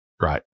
right